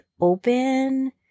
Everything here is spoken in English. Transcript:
open